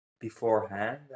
beforehand